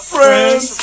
Friends